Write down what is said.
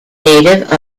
native